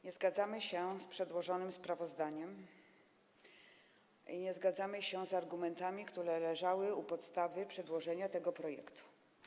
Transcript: Nie zgadzamy się z przedłożonym sprawozdaniem i nie zgadzamy się z argumentami, które leżały u podstawy przedłożenia tego projektu.